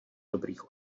dobrých